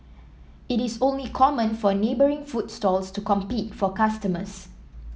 it is only common for neighbouring food stalls to compete for customers